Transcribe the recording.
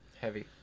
heavy